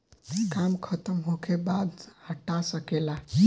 काम खतम होखे बाद हटा सके ला